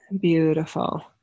Beautiful